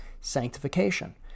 sanctification